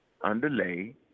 underlay